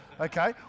okay